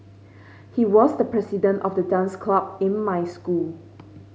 he was the president of the dance club in my school